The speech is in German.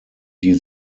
die